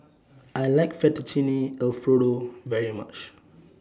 I like Fettuccine Alfredo very much